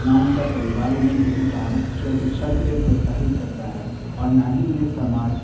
ना उनका परिवार उन्हें किसी काम या शिक्षा के लिए प्रोत्साहित करता है और ना ही उन्हें समाज